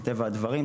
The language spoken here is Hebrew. מטבע הדברים,